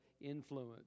influence